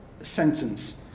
sentence